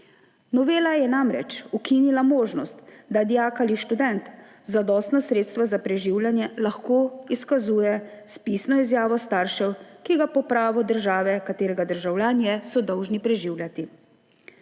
Novela je namreč ukinila možnost, da dijak ali študent zadostna sredstva za preživljanje lahko izkazuje s pisno izjavo staršev, katerega so po pravu države, katere državljan je, dolžni preživljati.